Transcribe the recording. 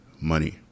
money